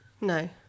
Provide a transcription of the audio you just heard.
no